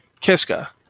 Kiska